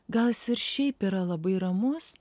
gal jis ir šiaip yra labai ramus